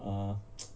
err